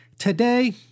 Today